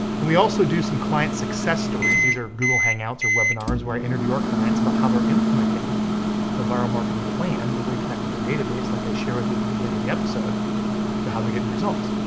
and we also do some client success stories, these are google hangouts or webinars where i interview our clients about how they they're implementing the vyral marketing plan to reconnect with their database like i shared with you at the beginning of the episode to how they're getting results,